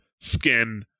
skin